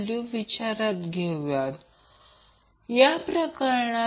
तर फक्त वेगळे करा ते RLRL XL 2 असेल आणि हे येथे असेल ते कॉमन मानले जाते